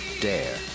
dare